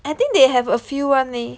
I think they have a few [one] leh